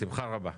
בשמחה רבה.